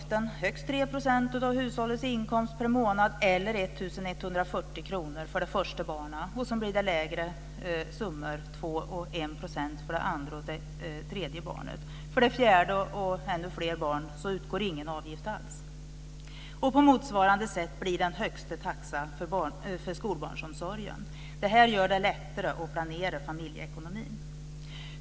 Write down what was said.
3 % av hushållets inkomst per månad eller 1 140 kr för det första barnet. Sedan blir det lägre summor, 2 % respektive 1 %, för andra och tredje barnet. För det fjärde barnet osv. utgår ingen avgift alls. På motsvarande sätt blir det en högsta taxa för skolbarnsomsorgen. Det här gör det lättare att planera familjeekonomin.